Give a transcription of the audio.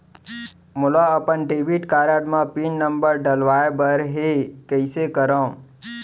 मोला अपन debit card म पिन नंबर डलवाय बर हे कइसे करव?